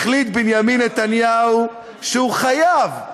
החליט בנימין נתניהו שהוא חייב,